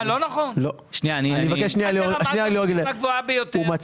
בכל שנה התקציב הולך וגדל לפי מגבלת ההוצאה.